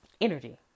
energy